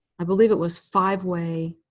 i believe it was five-way